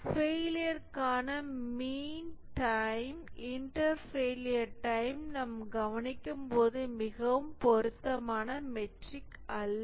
ஃபெயிலியர்க்கான mean time inter failure time நாம் கவனிக்கும்போது மிகவும் பொருத்தமான மெட்ரிக் அல்ல